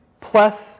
plus